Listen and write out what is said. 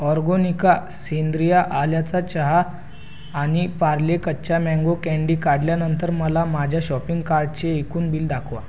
Organica सेंद्रिय आल्याचा चहा आणि पार्ले कच्चा मॅंगो कॅंडी काढल्यानंतर मला माझ्या शॉपिंग कार्टचे एकूण बिल दाखवा